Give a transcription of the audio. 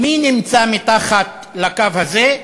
ומי נמצא מתחת לקו הזה?